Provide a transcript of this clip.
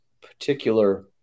particular